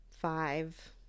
five